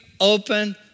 open